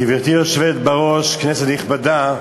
גברתי היושבת בראש, כנסת נכבדה,